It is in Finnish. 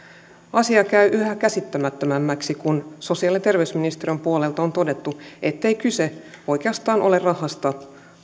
asia käy yhä käsittämättömämmäksi kun sosiaali ja terveysministeriön puolelta on todettu ettei kyse oikeastaan ole rahasta